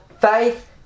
faith